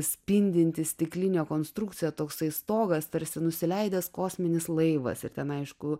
spindinti stiklinė konstrukcija toksai stogas tarsi nusileidęs kosminis laivas ir ten aišku